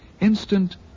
Instant